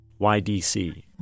YDC